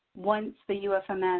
once the ufms